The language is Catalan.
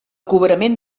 cobrament